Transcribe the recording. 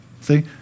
See